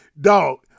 Dog